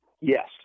Yes